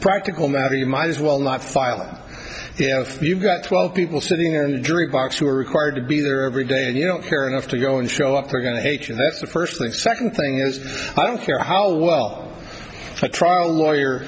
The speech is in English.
practical matter you might as well not file if you've got twelve people sitting in the jury box who are required to be there every day and you don't care enough to go in show up are going to hate you that's the first and second thing is i don't care how well a trial lawyer